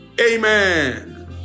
Amen